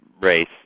race